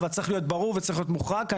אבל צריך להיות ברור וצריך להיות מוחרג כאן